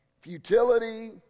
futility